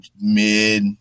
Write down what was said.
mid